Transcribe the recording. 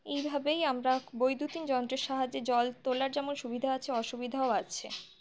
এইভাবেই আমরা বৈদ্যুতিন যন্ত্রের সাহায্যে জল তোলার যেমন সুবিধা আছে অসুবিধাও আছে